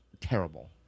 Terrible